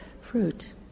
fruit